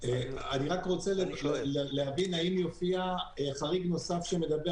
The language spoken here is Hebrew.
אני רק רוצה להבין האם יופיע חריג נוסף שמדבר